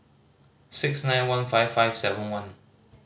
six nine one five five seven one